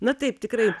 na taip tikrai